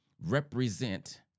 represent